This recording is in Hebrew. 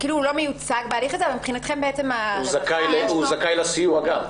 לא מיוצג בהליך הזה אבל מבחינתכם --- הוא זכאי לסיוע גם?